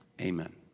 Amen